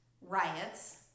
riots